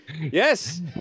Yes